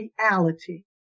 reality